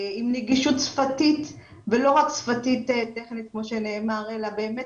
עם נגישות שפתית ולא רק שפתית טכנית כמו שנאמר אלא באמת